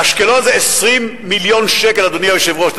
באשקלון זה 20 מיליון שקל, אדוני היושב-ראש.